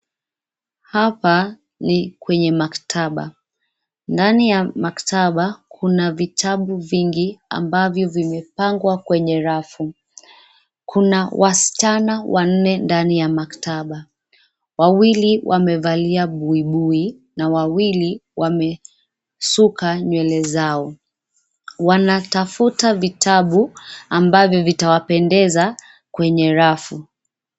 Hapa ni kwenye maktaba, ndani ya maktaba kuna vitabu vingi ambavyo vime pangwa kwenye rafu. Kuna wasichana wanne ndani ya maktaba. Wawili wamevalia bui bui na wawili wamesuka nywele zao. Wanatafuta vitabu ambavyo vitawapendeza kwenye rafu.